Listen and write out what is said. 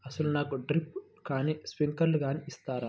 అసలు నాకు డ్రిప్లు కానీ స్ప్రింక్లర్ కానీ ఇస్తారా?